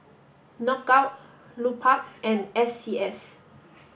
Knockout Lupark and S C S